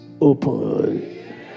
open